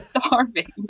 starving